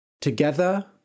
Together